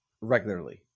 Regularly